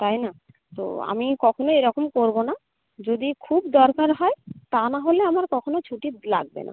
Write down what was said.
তাই না তো আমি কখনোই এরকম করব না যদি খুব দরকার হয় তা নাহলে আমার কখনো ছুটি লাগবে না